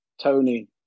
Tony